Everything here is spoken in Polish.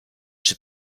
czy